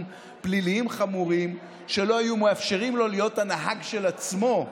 פליליים חמורים שלא היו מאפשרים לו להיות הנהג של עצמו.